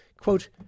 Quote